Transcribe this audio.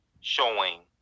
showing